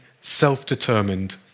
self-determined